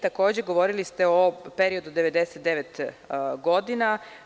Takođe, govorili ste o periodu od 99 godina.